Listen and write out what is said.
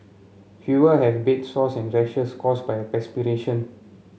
fewer have bed sores and rashes caused by perspiration